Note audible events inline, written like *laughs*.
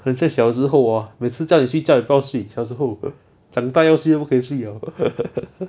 很像小时候 orh 每次叫你睡觉你不要睡小时候 *laughs* 长大要睡觉都不可以睡了